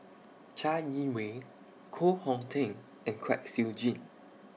Chai Yee Wei Koh Hong Teng and Kwek Siew Jin